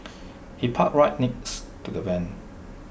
he parked right next to the van